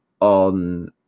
on